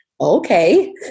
Okay